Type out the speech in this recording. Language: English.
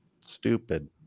stupid